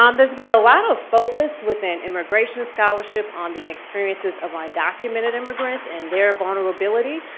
um there's been a lot of focus within immigration scholarship on the experiences of undocumented immigrants and their vulnerability,